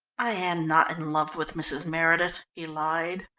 i am not in love with mrs. meredith, he lied.